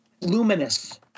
Luminous